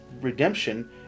redemption